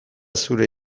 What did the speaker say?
zure